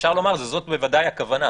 אפשר לומר שזאת בוודאי הכוונה.